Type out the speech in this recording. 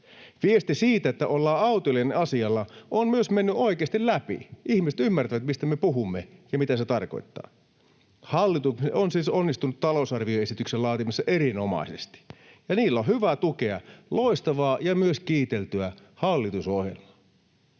Viesti siitä, että ollaan autoilijoiden asialla, on myös mennyt oikeasti läpi. Ihmiset ymmärtävät, mistä me puhumme ja mitä se tarkoittaa. Hallitus on siis onnistunut talousarvioesityksen laatimisessa erinomaisesti, ja silloin on hyvä tukea loistavaa ja myös kiiteltyä hallitusohjelmaa.